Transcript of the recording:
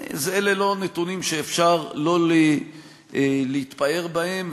אלה לא נתונים שאפשר להתפאר בהם,